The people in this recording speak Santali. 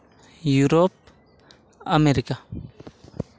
Europe America